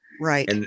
Right